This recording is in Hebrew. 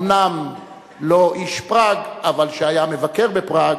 אומנם לא איש פראג אבל היה מבקר בפראג,